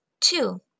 Two